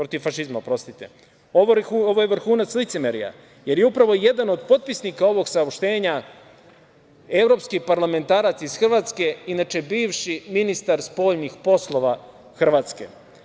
Ovo je vrhunac licemerja, jer je upravo jedan od potpisnika ovog saopštenja evropski parlamentarac iz Hrvatske, inače bivši ministar spoljnih poslova Hrvatske.